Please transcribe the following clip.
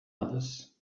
others